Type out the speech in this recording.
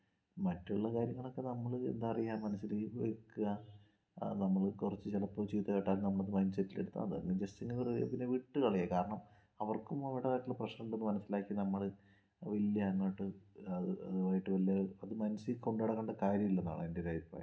മറ്റുള്ള കാര്യങ്ങളൊക്കെ നമ്മള് എന്താ പറയുക മനസ്സില് വെക്ക് ആ നമ്മള് കൊറച്ച് ചെലപ്പോ ചീത്ത കേട്ടാലും നമ്മള് മൈൻഡ്സെറ്റിലെടുത്ത് അത് അങ്ങ് ജസ്റ്റ് നിങ്ങള് പിന്നെ വിട്ട്കളയാ കാരണം അവർക്കും അവരുടേതായിട്ടുള്ള പ്രെഷറുണ്ടെന്നു മനസ്സിലാക്കി നമ്മള് ഇല്ല്യാന്ന് പറഞ്ഞിട്ട് പിന്നെ അത് മനസ്സിൽ കൊണ്ടനടക്കണ്ട കാര്യയില്ലെന്നാണ് എൻറ്റൊരഭിപ്രായം